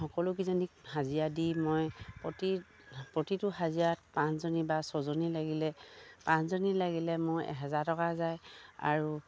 সকলোকিজনী হাজিৰা দি মই প্ৰতি প্ৰতিটো হাজিৰাত পাঁচজনী বা ছজনী লাগিলে পাঁচজনী লাগিলে মোৰ এহেজাৰ টকা যায় আৰু